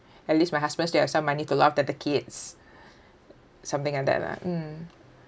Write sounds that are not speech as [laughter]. at least my husband still have some money to look after the kids [breath] something like that lah mm